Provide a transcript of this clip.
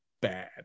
Bad